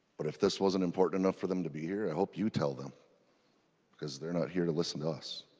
but if this was an important enough for them to be her i hope you tell them because they're not here to listen to us.